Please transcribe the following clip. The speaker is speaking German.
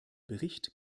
bericht